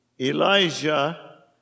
Elijah